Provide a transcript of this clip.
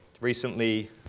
recently